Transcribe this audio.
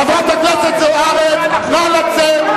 חברת הכנסת זוארץ, נא לצאת.